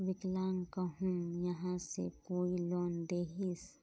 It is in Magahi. विकलांग कहुम यहाँ से कोई लोन दोहिस?